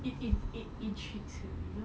in~ in~ intrigues her you know